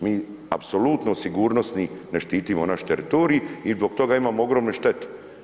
Mi apsolutno sigurnosni ne štitimo naš teritorij i zbog toga imamo ogromne štete.